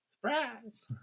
Surprise